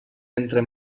entre